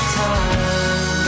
time